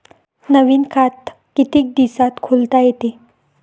नवीन खात कितीक दिसात खोलता येते?